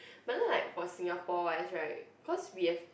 but then like for Singapore wise right cause we have